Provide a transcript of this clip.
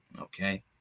okay